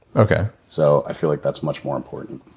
okay. so, i feel like that's much more important.